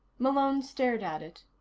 malone stared at it.